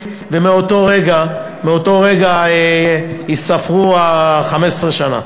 ומאותו רגע ייספרו 15 שנה.